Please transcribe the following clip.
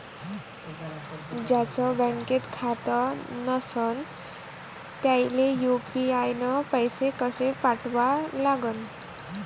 ज्याचं बँकेत खातं नसणं त्याईले यू.पी.आय न पैसे कसे पाठवा लागन?